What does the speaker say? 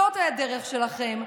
זאת הדרך שלכם.